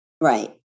Right